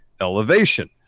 Elevation